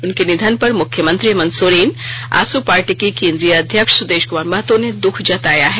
उनके निधन पर मुख्यमंत्री हेमंत सोरेन आजसू पार्टी के केंद्रीय अध्यक्ष सुदेश महतो ने दुःख जताया है